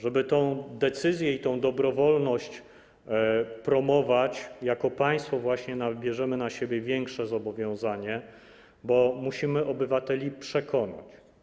Żeby tę decyzję i tę dobrowolność promować, jako państwo bierzemy na siebie większe zobowiązanie, bo musimy obywateli przekonać.